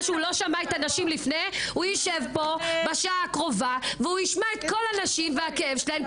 הם ישבו פה בשעה הקרובה וישמעו את אותן נשים,